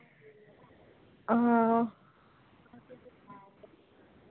हां